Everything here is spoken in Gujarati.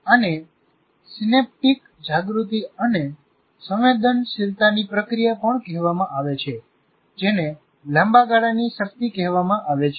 આને સિનેપ્ટિક જાગૃતિ અને સંવેદનશીલતાની પ્રક્રિયા પણ કહેવામાં આવે છે જેને લાંબા ગાળાની શક્તિ કહેવામાં આવે છે